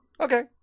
Okay